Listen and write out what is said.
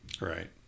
Right